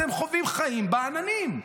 אתם חווים חיים בעננים.